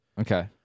Okay